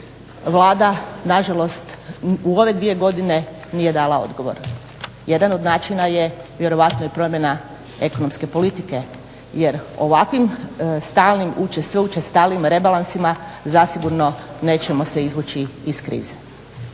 Vlada nažalost u ove dvije godine nije dala odgovor. Jedan od načina je vjerojatno i promjena ekonomske politike jer ovakvim stalnim, sve učestalijim rebalansima zasigurno nećemo se izvući iz krize.